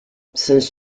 since